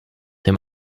dem